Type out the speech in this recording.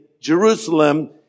Jerusalem